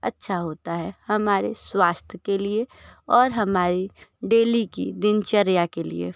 अच्छा होता है हमारे स्वास्थ्य के लिए और हमारी डेली की दिनचर्या के लिए